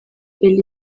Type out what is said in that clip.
elie